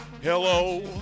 Hello